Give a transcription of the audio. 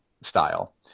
style